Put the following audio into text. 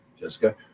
jessica